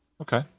okay